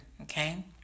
Okay